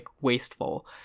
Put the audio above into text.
wasteful